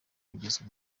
kugezwa